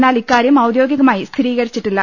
എന്നാൽ ഇക്കാര്യം ഔദ്യോഗികമായി സ്ഥിരീകരിച്ചിട്ടില്ല